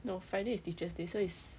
no friday is teachers they so is